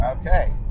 Okay